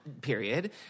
period